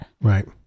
Right